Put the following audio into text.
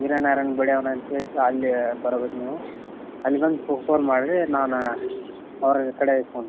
ವೀರ ನಾರಾಯಣ ಅಂತ್ಹೇಳಿ ಇತ್ತು ಅಲ್ಲಿ ಬರಬೇಕು ನೀವು ಅಲ್ಲಿ ಬಂದು ಫೋನ್ ಮಾಡಿರಿ ನಾನು ಅವ್ರ ಕಡೆ ಇಸ್ಕೊತಿನ್